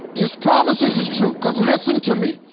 his promises is true because, listen to me,